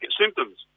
symptoms